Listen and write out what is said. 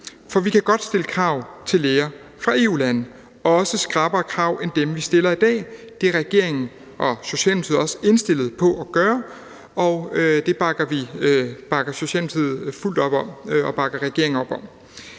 For vi kan godt stille krav til læger fra EU-lande, også skrappere krav end dem, vi stiller i dag. Det er regeringen og Socialdemokratiet også indstillet på at gøre, og Socialdemokratiet og regeringen bakker